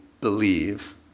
believe